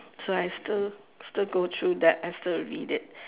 so I still still go through that I still read it